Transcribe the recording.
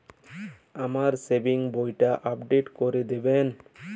আমার সেভিংস বইটা আপডেট করে দেবেন?